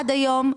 עד היום,